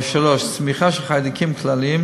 צמיחה של חיידקים כלליים